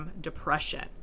depression